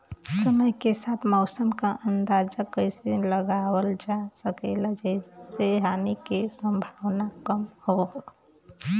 समय के साथ मौसम क अंदाजा कइसे लगावल जा सकेला जेसे हानि के सम्भावना कम हो?